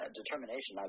determination